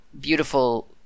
beautiful